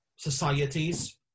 Societies